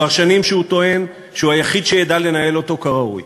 כבר שנים הוא טוען שהוא היחיד שידע לנהל אותו כראוי.